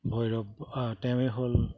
ভৈৰৱ তেওঁৱে হ'ল